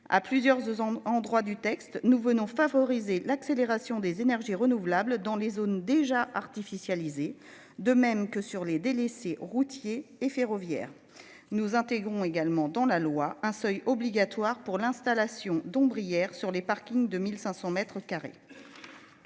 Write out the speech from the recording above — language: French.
à plusieurs en droit du texte nouveau nom favoriser l'accélération des énergies renouvelables dans les zones déjà artificialisées, de même que sur les délaissés routiers et ferroviaires. Nous intégrons également dans la loi un seuil obligatoire pour l'installation d'ombrières sur les parkings de 1500 m2.